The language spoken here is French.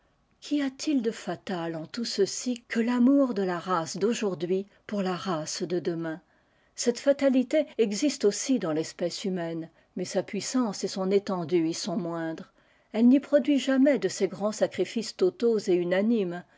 qu'y a-t-il de fatal en tout ceci que l'amour de la race d'aujourd'hui pour la race de demain cette fatalité existe aussi dans fespèce humaine mais sa puissance et son étendue y sont moindres elle n'y produit jamais de ces grands sacrifices totaux et unanimes